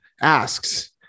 asks